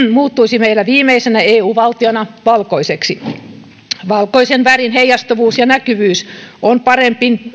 muuttuisi meillä viimeisenä eu valtiona valkoiseksi valkoisen värin heijastavuus ja näkyvyys on parempi